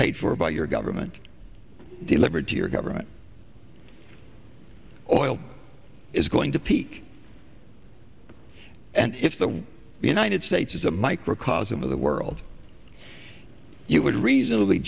paid for by your government delivered to your government or oil is going to peak and if the united states is a microcosm of the world you would reasonably